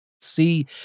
See